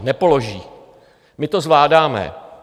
Nepoloží, my to zvládáme.